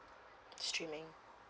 streaming